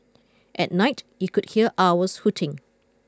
at night you could hear owls hooting